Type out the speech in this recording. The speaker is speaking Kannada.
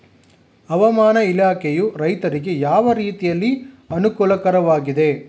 ಹವಾಮಾನ ಇಲಾಖೆಯು ರೈತರಿಗೆ ಯಾವ ರೀತಿಯಲ್ಲಿ ಅನುಕೂಲಕರವಾಗಿದೆ?